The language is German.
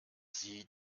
sie